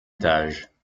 étage